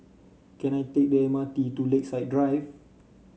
can I take the M R T to Lakeside Drive